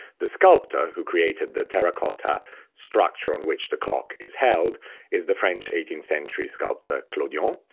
the sculptor who created the terracotta structure on which the clock is held is the french eighteenth-century sculptor clodion,